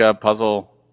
Puzzle